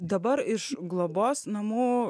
dabar iš globos namų